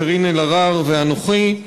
קארין אלהרר ואנוכי,